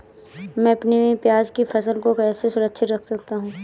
मैं अपनी प्याज की फसल को कैसे सुरक्षित रख सकता हूँ?